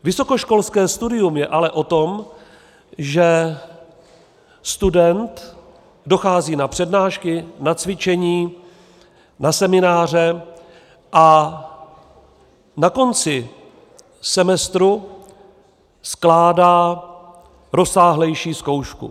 Vysokoškolské studium je ale o tom, že student dochází na přednášky, na cvičení, na semináře a na konci semestru skládá rozsáhlejší zkoušku.